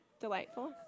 Delightful